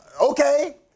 Okay